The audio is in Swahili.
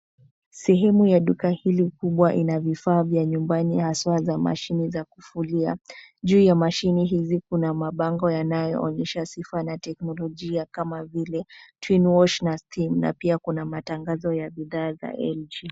Sehemu ya duka hili kubwa, ina vifaa vya nyumbani, haswaa za mashine za kufulia. Juu ya mashine hizi kuna mabango yanayoonyesha sifa na teknolijia kama vile twin wash na steam .Na pia kuna matangazo ya bidhaa za LG.